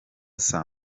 saa